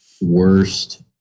worst